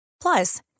Plus